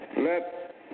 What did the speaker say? let